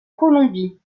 colombie